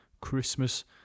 Christmas